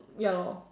ya lor